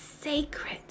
sacred